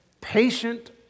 patient